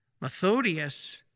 Methodius